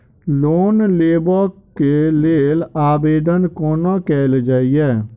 Loan लेबऽ कऽ लेल आवेदन कोना कैल जाइया?